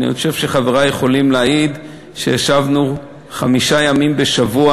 אני חושב שחברי יכולים להעיד שישבנו חמישה ימים בשבוע,